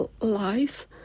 life